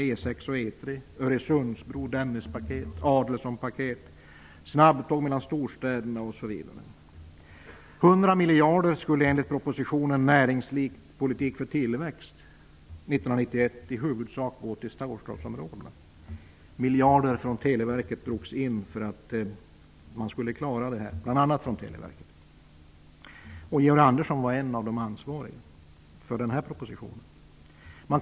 Det har satsats på E 4,E 6,E 3, Miljarder drogs in från bl.a. televerket för att man skulle klara av detta. Georg Andersson var en av de ansvariga för den här propositionen.